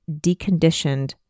deconditioned